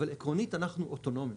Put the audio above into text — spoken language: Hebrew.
אבל עקרונית אנחנו אוטונומיה.